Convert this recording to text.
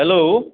hello